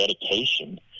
dedication